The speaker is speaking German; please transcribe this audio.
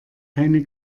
keine